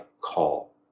call